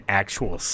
actual